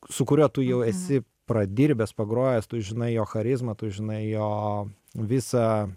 su kuria tu jau esi pradirbęs pagrojęs tu žinai jo charizmą tu žinai jo visą